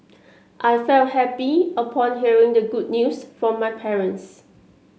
I felt happy upon hearing the good news from my parents